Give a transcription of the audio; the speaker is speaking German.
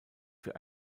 für